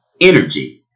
energy